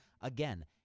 Again